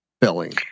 billing